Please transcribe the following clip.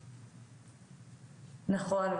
נכון,